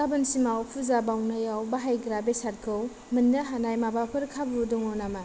गाबोनसिमाव पुजा बाउनायाव बाहायग्रा बेसादखौ मोन्नो हानाय माबाफोर खाबु दङ नामा